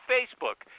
Facebook